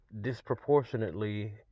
disproportionately